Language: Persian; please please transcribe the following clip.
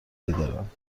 دارند